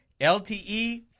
LTE